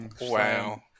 Wow